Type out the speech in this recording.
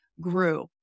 grew